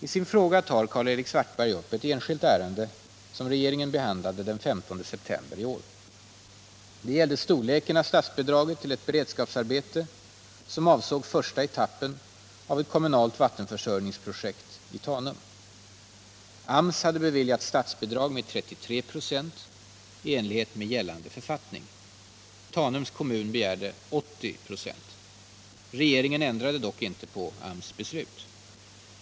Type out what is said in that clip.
I sin fråga tar Karl-Erik Svartberg upp ett enskilt ärende som regeringen till ett beredskapsarbete, som avsåg första etappen av ett kommunalt Fredagen den vattenförsörjningsprojekt I Tanum. AMS hade beviljat statsbidrag med 2 december 1977 33 26 i enlighet med gällande författning. Tanums kommun begärde. = 80 26. Regeringen ändrade dock inte på AMS beslut.